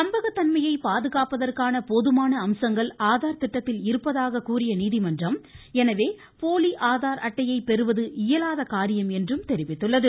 நம்பகத் தன்மையை பாதுகாப்பதற்கான போதுமான அம்சங்கள் ஆதார் திட்டத்தில் இருப்பதாக கூறிய நீதிமன்றம் எனவே போலி ஆதார் அட்டையை பெறுவது இயலாத காரியம் என்று தெரிவித்துள்ளது